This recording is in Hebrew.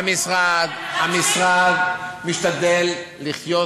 המשרד משתדל לחיות